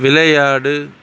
விளையாடு